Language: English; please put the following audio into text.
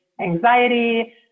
anxiety